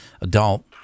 adult